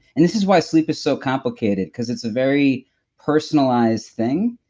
and this is why sleep is so complicated because it's a very personalized thing.